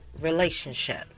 relationship